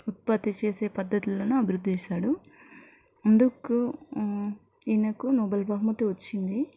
ఉత్పత్తి చేసే పద్ధతిలోనూ అభివృద్ధి చేశాడు అందుకు ఈయనకు నోబెల్ బహుమతి వచ్చింది